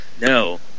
No